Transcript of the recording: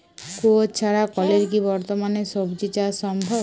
কুয়োর ছাড়া কলের কি বর্তমানে শ্বজিচাষ সম্ভব?